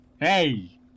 Hey